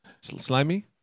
Slimy